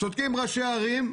צודקים ראשי הערים,